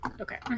Okay